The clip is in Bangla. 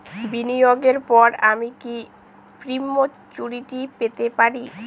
বিনিয়োগের পর আমি কি প্রিম্যচুরিটি পেতে পারি?